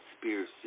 conspiracy